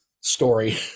story